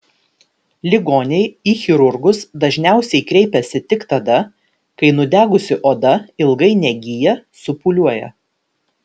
ligoniai į chirurgus dažniausiai kreipiasi tik tada kai nudegusi oda ilgai negyja supūliuoja